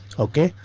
ok,